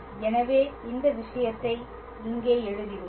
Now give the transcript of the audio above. எனவே இந்த விஷயத்தை இங்கே எழுதுகிறோம்